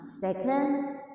Second